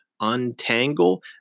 untangle